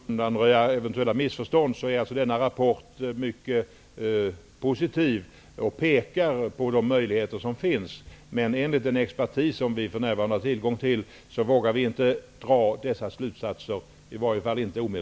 Herr talman! För att undanröja eventuella missförstånd vill jag säga att denna rapport är mycket positiv och den pekar på de möjligheter som finns. Men enligt den expertis som vi har tillgång till vågar man inte dra dessa slutsatser, i alla fall inte ännu.